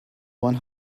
one